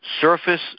surface